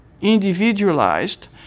individualized